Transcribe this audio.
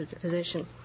position